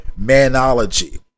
manology